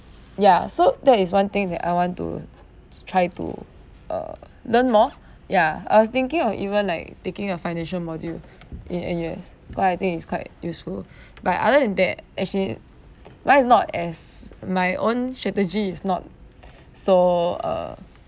ya so that is one thing that I want to t~ try to uh learn more ya I was thinking of even like taking a financial module in a years cause I think it's quite useful but other than that actually life's not as my own strategy is not so uh